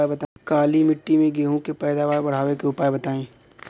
काली मिट्टी में गेहूँ के पैदावार बढ़ावे के उपाय बताई?